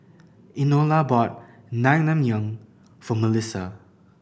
Enola bought Naengmyeon for Mellisa